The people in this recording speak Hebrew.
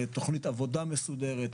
לתוכנית עבודה מסודרת,